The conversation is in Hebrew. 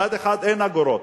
מצד אחד אין אגורות,